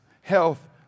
Health